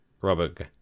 robert